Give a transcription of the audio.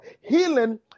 healing